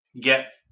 get